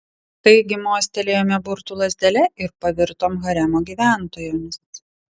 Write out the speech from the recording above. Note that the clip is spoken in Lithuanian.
taigi mostelėjome burtų lazdele ir pavirtom haremo gyventojomis